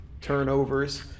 turnovers